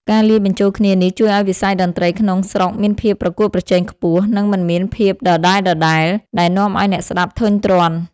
ការលាយបញ្ចូលគ្នានេះជួយឱ្យវិស័យតន្ត្រីក្នុងស្រុកមានភាពប្រកួតប្រជែងខ្ពស់ និងមិនមានភាពដដែលៗ ដែលនាំឱ្យអ្នកស្ដាប់ធុញទ្រាន់។